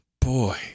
Boy